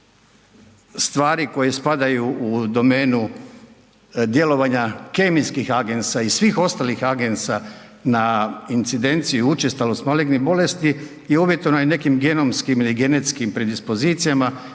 stvari koje spadaju u domenu djelovanja kemijskih agensa i svih ostalih agensa na incidenciju i učestalost malignih bolesti je uvjetovana i nekim gemovskim ili genetskim predispozicijama